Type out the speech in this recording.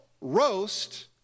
roast